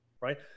right